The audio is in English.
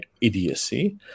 idiocy